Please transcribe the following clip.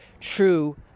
true